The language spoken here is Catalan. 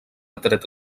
atret